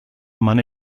man